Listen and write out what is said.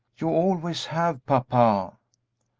you always have, papa.